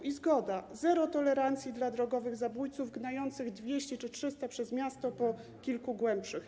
I zgoda: zero tolerancji dla drogowych zabójców gnających 200 czy 300 km przez miasto po kilku głębszych.